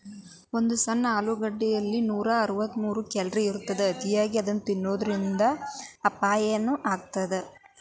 ಒಂದು ಸಣ್ಣ ಗಾತ್ರದ ಆಲೂಗಡ್ಡೆಯಲ್ಲಿ ನೂರಅರವತ್ತಮೂರು ಕ್ಯಾಲೋರಿ ಇರತ್ತದ, ಅತಿಯಾಗಿ ಇದನ್ನ ತಿನ್ನೋದರಿಂದ ಅಪಾಯನು ಆಗತ್ತದ